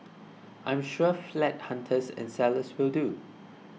I am sure flat hunters and sellers will too